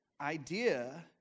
idea